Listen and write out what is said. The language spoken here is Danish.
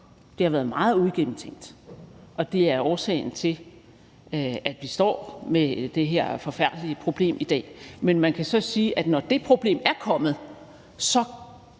Det har været meget uigennemtænkt, og det er årsagen til, at vi står med det her forfærdelige problem i dag. Men man kan så sige, at når det problem er kommet, kan